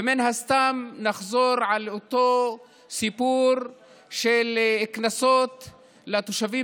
ומן הסתם נחזור על אותו סיפור של קנסות לתושבים